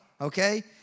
okay